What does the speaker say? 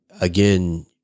again